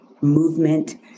Movement